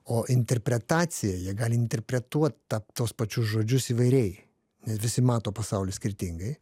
o interpretaciją jie gali interpretuot tą tuos pačius žodžius įvairiai nes visi mato pasaulį skirtingai